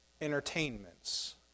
entertainments